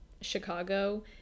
Chicago